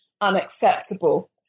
unacceptable